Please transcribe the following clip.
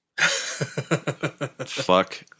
Fuck